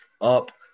up